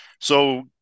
So-